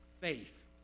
faith